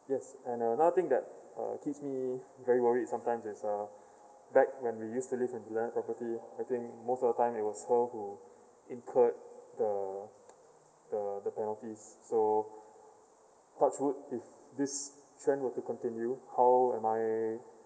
yes and uh now think that uh keeps me very worried as well back when we used to live in the landed property I think most of the time it'll still will incurred the the the penalties so touch wood if this trend were to continue how am I